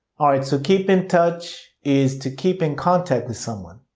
alright, so keep in touch is to keep in contact with someone.